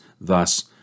thus